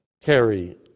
carry